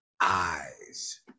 eyes